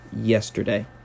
yesterday